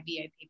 VIP